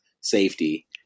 safety